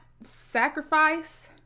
sacrifice